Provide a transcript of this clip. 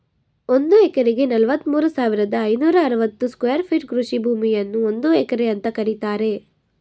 ಒಂದ್ ಎಕರೆಗೆ ನಲವತ್ಮೂರು ಸಾವಿರದ ಐನೂರ ಅರವತ್ತು ಸ್ಕ್ವೇರ್ ಫೀಟ್ ಕೃಷಿ ಭೂಮಿಯನ್ನು ಒಂದು ಎಕರೆ ಅಂತ ಕರೀತಾರೆ